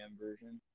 version